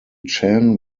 chan